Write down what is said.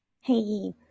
hey